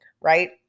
right